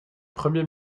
premier